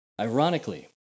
Ironically